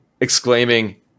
exclaiming